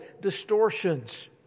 distortions